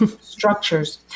structures